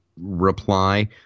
reply